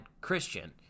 christian